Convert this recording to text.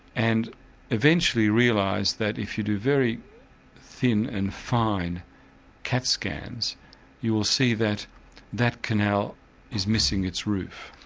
and eventually realised that if you do very thin and fine cat scans you will see that that canal is missing its roof.